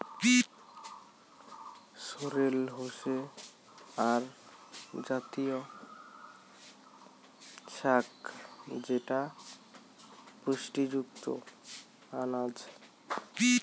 sorrel হসে আক জাতীয় শাক যেটা পুষ্টিযুক্ত আনাজ